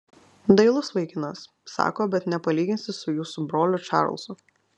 dailus vaikinas sako bet nepalyginsi su jūsų broliu čarlzu